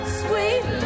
sweet